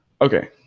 Okay